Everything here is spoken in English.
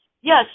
Yes